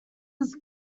was